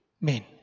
Men